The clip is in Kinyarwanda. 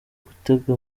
gutega